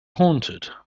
haunted